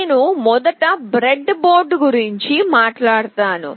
నేను మొదట bread board గురించి మాట్లాడుతాను